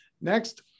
next